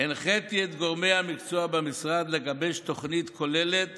הנחיתי את גורמי המקצוע במשרד לגבש תוכנית כוללת